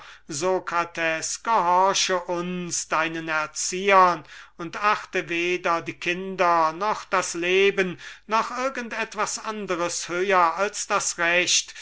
gehorche uns deinen erziehern und achte weder die kinder noch das leben noch irgend etwas anderes höher als das recht